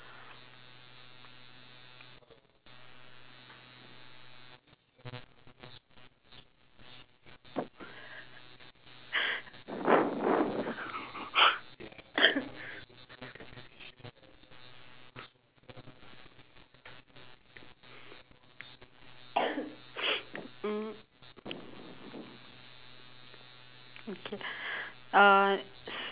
mmhmm okay uh